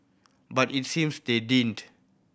but it seems they didn't